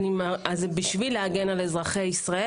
בשביל להגן על אזרחי ישראל,